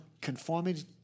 conformity